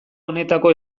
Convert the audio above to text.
honetako